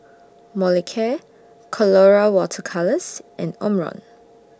Molicare Colora Water Colours and Omron